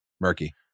Murky